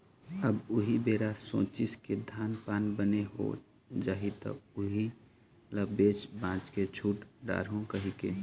अब उही बेरा सोचिस के धान पान बने हो जाही त उही ल बेच भांज के छुट डारहूँ कहिके